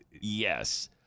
Yes